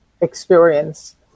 experience